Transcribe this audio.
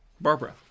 Barbara